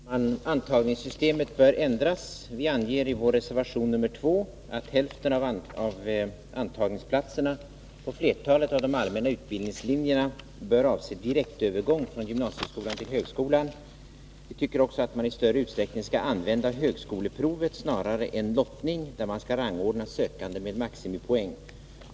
Herr talman! Antagningssystemet bör ändras. Vi anger i vår reservation 2 att hälften av antagningsplatserna och flertalet av de allmänna utbildningslinjerna bör avse direktövergång från gymnasieskolan till högskolan. Vi tycker också att man i större utsträckning skall använda högskoleprovet snarare än lottning när man skall rangordna sökande med maximipoäng.